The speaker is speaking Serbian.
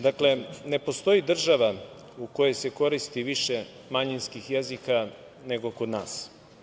Dakle, ne postoji država u kojoj se koristi više manjinskih jezika nego kod nas.